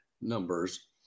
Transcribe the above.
numbers